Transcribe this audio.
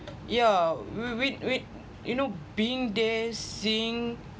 yeah wh~ when when you know being there seeing